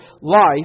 life